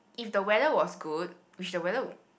if the weather was good which the weather